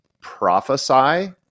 prophesy